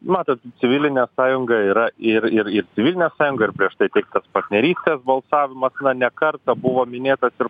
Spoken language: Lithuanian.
matot civilinė sąjunga yra ir ir ir civilinė sąjunga ir prieš tai taip partnerystės balsavimas ne kartą buvo minėtas ir